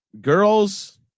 girls